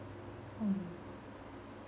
oh